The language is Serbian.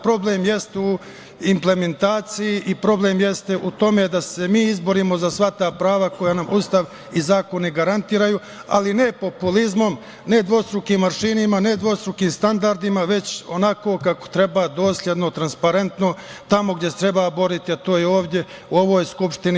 Problem jeste u implementaciji i problem jeste u tome da se mi izborimo za sva ta prava koja nam Ustav i zakoni garantuju, ali ne populizmom, ne dvostrukim aršinima, ne dvostrukim standardima, već onako kako treba – dosledno, transparentno, tamo gde se treba boriti, a to je ovde u ovoj Skupštini.